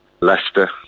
Leicester